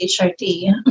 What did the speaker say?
HRT